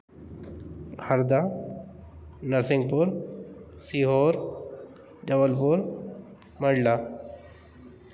Harda Narsinghpur Sehore Jabalpur मलडा